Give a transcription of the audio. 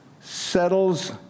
settles